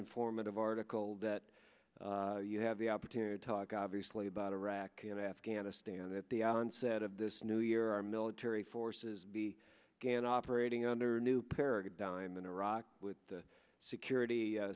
informative article that you have the opportunity to talk obviously about iraq and afghanistan at the onset of this new year our military forces be again operating under a new paradigm in iraq with the security